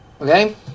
Okay